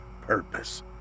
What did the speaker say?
Purpose